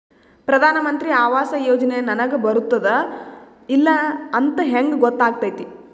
ಪ್ರಧಾನ ಮಂತ್ರಿ ಆವಾಸ್ ಯೋಜನೆ ನನಗ ಬರುತ್ತದ ಇಲ್ಲ ಅಂತ ಹೆಂಗ್ ಗೊತ್ತಾಗತೈತಿ?